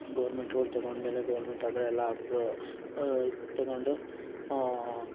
government rule ತೊಗೊಂಡ್ಮೇಲೆ government ಅದೇ ಎಲ್ಲ ಅಪ್ರೂ ತೊಗೊಂಡು